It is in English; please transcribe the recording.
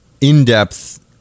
in-depth